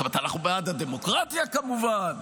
זאת אומרת, אנחנו בעד הדמוקרטיה, כמובן,